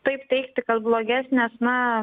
taip teigti kad blogesnės na